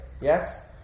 Yes